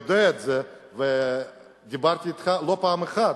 יודע את זה, ודיברתי אתך לא פעם אחת.